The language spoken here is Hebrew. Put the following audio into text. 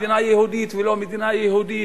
מדינה יהודית או לא מדינה יהודית,